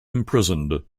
imprisoned